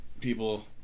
people